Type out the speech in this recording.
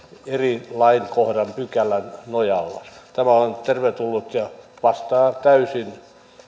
eri lainkohdan nojalla tämä on tervetullut ja vastaa täysin